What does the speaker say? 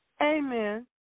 Amen